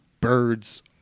birds